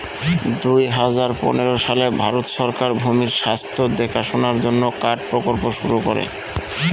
দুই হাজার পনেরো সালে ভারত সরকার ভূমির স্বাস্থ্য দেখাশোনার জন্য কার্ড প্রকল্প শুরু করে